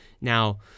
now